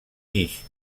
guix